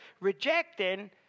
rejecting